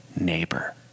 neighbor